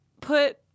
Put